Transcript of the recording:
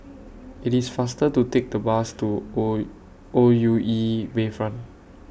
IT IS faster to Take The Bus to O O U E Bayfront